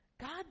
God